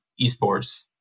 eSports